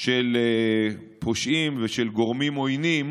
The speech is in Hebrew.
של פושעים או של גורמים עוינים